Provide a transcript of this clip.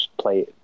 play